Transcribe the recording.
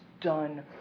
done